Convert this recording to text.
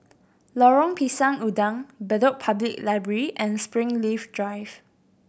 Lorong Pisang Udang Bedok Public Library and Springleaf Drive